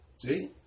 See